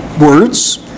words